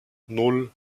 nan